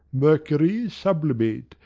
mercury sublimate,